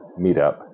meetup